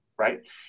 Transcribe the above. Right